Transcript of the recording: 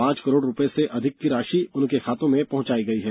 पांच करोड़ रूपये से अधिक की राशि उनके खाते में पहॅचाई गई है